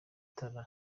itara